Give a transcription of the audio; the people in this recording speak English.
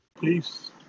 Peace